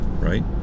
right